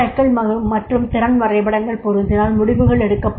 க்கள் மற்றும் திறன் வரைபடங்கள் பொருந்தினால் முடிவுகள் எடுக்கப்படும்